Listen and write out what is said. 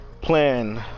plan